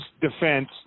defense